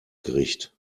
gericht